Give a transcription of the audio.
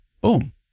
boom